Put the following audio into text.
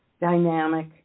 dynamic